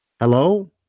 hello